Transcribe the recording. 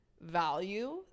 value